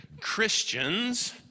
Christians